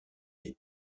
des